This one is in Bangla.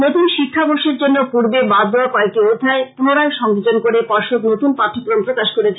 নতুন শিক্ষাবর্ষের জন্য পূর্বে বাদ দেওয়া কয়েকটি অধ্যায় পুনরায় সংযোজন করে পর্ষদ নতুন পাঠ্যক্রম প্রকাশ করেছে